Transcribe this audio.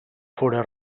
fóra